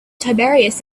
tiberius